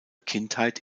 kindheit